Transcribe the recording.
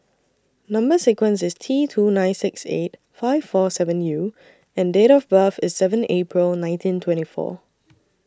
Number sequence IS T two nine six eight five four seven U and Date of birth IS seven April nineteen twenty four